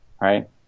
Right